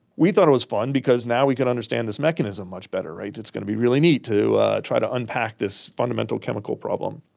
we thought it was fun because now we could understand this mechanism much better, right, it's going to be really neat to try to unpack this fundamental chemical problem.